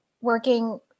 working